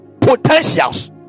potentials